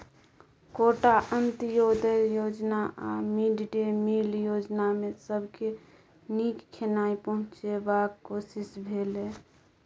quota, Antyodaya योजना आ mid day meal योजनामे सबके नीक खेनाइ पहुँचेबाक कोशिश भेलै